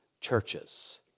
churches